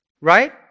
right